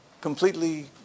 completely